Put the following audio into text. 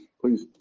please